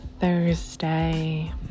Thursday